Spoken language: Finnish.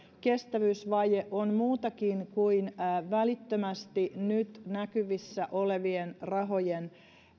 kestävyysvaje on muutakin kuin välittömästi nyt näkyvissä olevien rahojen